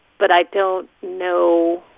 but i don't know